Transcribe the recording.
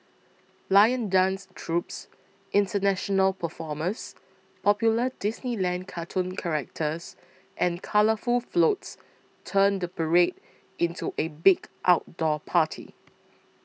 lion dance troupes international performers popular Disneyland cartoon characters and colourful floats turn the parade into a big outdoor party